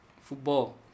football